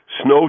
snow